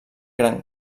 gran